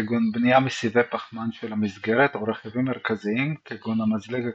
כגון בנייה מסיבי פחמן של המסגרת או רכיבים מרכזיים כגון המזלג הקדמי,